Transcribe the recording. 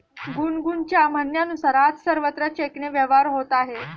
गुनगुनच्या म्हणण्यानुसार, आज सर्वत्र चेकने व्यवहार होत आहे